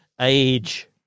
age